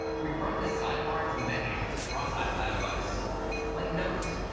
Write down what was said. we've brought this sidebar to many apps across ipados. like notes,